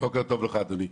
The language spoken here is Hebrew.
בוקר טוב לך, אדוני.